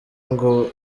ngo